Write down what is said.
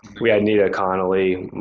we had neeta connally,